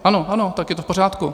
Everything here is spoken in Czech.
Ano, ano, tak je to v pořádku.